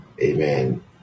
Amen